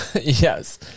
Yes